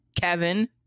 Kevin